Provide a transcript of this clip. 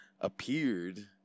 appeared